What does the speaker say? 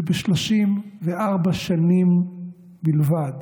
שב-34 שנים בלבד